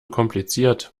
kompliziert